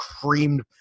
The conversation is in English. creamed